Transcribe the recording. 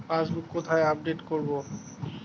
Passbook কোথায় update করব?